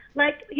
like, you